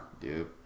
Dude